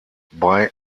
bei